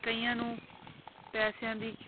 ਕਈਆਂ ਨੂੰ ਪੈਸਿਆਂ ਦੀ